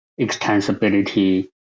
extensibility